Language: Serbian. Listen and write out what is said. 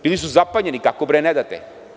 Bili su zapanjeni, kako ne date?